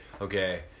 Okay